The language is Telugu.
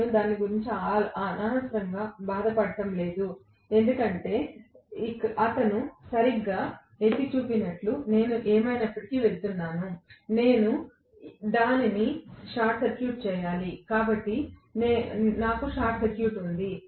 నేను దాని గురించి అనవసరంగా బాధపడటం లేదు ఎందుకంటే అతను సరిగ్గా ఎత్తి చూపినట్లు నేను ఏమైనప్పటికీ వెళుతున్నాను నేను దానిని షార్ట్ సర్క్యూట్ చేయాలి కాబట్టి నాకు షార్ట్ సర్క్యూట్ ఉంది